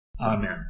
Amen